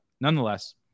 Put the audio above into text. nonetheless